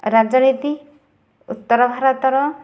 ରାଜନୀତି ଉତ୍ତର ଭାରତର